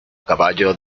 caballo